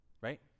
Right